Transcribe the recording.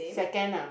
second ah